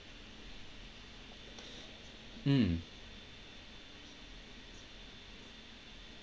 mm